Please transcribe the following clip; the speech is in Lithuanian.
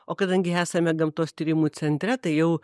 o kadangi esame gamtos tyrimų centre tai jau